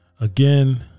Again